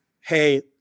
Hey